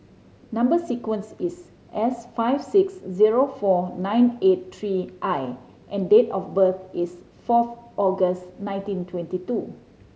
number sequence is S five six zero four nine eight three I and date of birth is fourth August nineteen twenty two